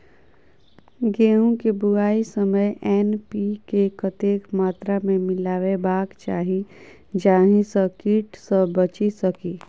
गेंहूँ केँ बुआई समय एन.पी.के कतेक मात्रा मे मिलायबाक चाहि जाहि सँ कीट सँ बचि सकी?